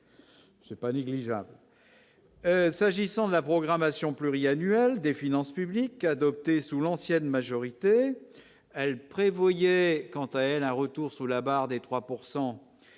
n'est pas négligeable. S'agissant de la programmation pluriannuelle des finances publiques adoptée sous l'ancienne majorité, elle prévoyait, quant à elle un retour sous la barre des 3